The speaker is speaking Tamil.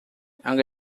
அங்க